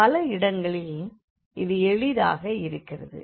பல இடங்களில் இது எளிதாக இருக்கிறது